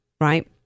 Right